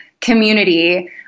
community